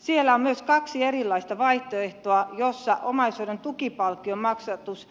siellä on myös kaksi erilaista vaihtoehtoa joissa omaishoidon tukipalkkion maksatus